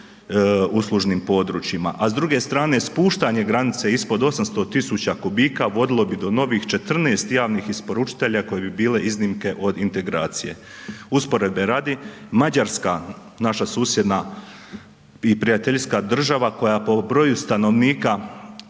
uslužnim područjima, a s druge strane spuštanje granice ispod 800.000 kubika vodilo bi do novih 14 javnih isporučitelja koji bi bile iznimke od integracije. Usporedbe radi Mađarska, naša susjedna i prijateljska država koja po broju stanovnika,